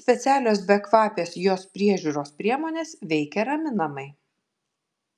specialios bekvapės jos priežiūros priemonės veikia raminamai